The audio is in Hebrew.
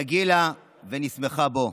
נגילה ונשמחה בו.